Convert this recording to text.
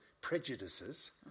prejudices